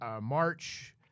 March